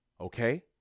okay